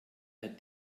hat